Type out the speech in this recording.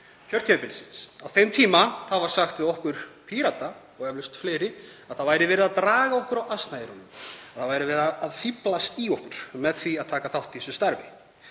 kjörtímabilsins. Á þeim tíma var sagt við okkur Pírata, og eflaust fleiri, að verið væri að draga okkur á asnaeyrunum. Það væri verið að fíflast í okkur með því að taka þátt í þessu starfi.